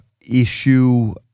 issue